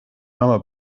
mama